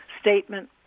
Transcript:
statement